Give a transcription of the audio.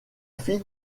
fille